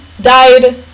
died